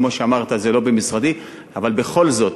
כמו שאמרת, זה לא במשרדי, אבל בכל זאת,